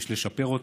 יש לשפר אותה,